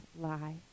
lie